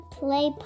play